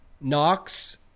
Knox